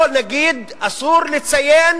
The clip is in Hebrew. או נגיד, אסור לציין